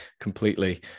completely